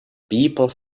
people